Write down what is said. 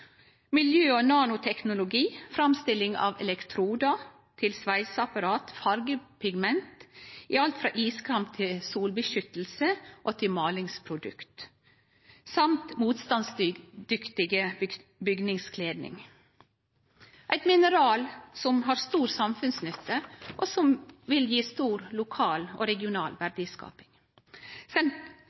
miljø- og nanoteknologi, til framstilling av elektrodar til sveiseapparat, som fargepigment i alt frå iskrem til solbeskyttelse og til malingsprodukt og motstandsdyktig bygningskledning. Det er eit mineral som har stor samfunnsnytte, og som vil gje stor lokal og regional verdiskaping.